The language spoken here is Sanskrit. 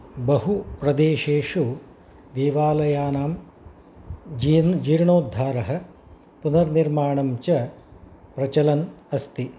बहुप्रदेशेषु देवालयानां जीर्ण जीर्णोद्धारः पुनर्निर्माणं च प्रचलन् अस्ति